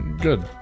Good